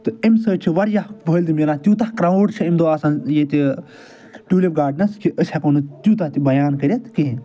تہٕ امہِ سۭتۍ چھُ واریاہ فٲٮ۪دٕ ملان توٗتاہ کراوڈ چھُ امہِ دۄہ ییٚتہِ ٹٮ۪ولِپ گارڈنس کہ أسۍ ہٮ۪کو نہٕ تیوٗتاہ تہِ بیان کرتھ کہینۍ